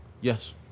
Yes